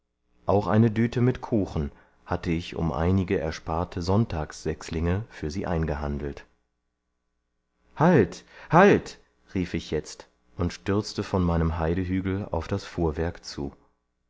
auch eine düte mit kuchen hatte ich um einige ersparte sonntagssechslinge für sie eingehandelt halt halt rief ich jetzt und stürzte von meinem heidehügel auf das fuhrwerk zu